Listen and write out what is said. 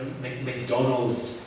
McDonald's